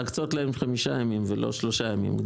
להקצות להם חמישה ימים ולא שלושה ימים.